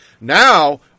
Now